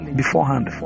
beforehand